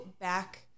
back